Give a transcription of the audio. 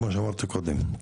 כמו שאמרתי קודם,